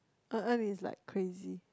En En is like crazy